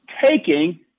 taking